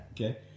okay